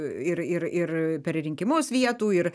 ir ir ir per rinkimus vietų ir